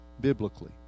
biblically